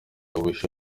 mubisha